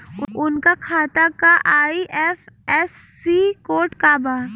उनका खाता का आई.एफ.एस.सी कोड का बा?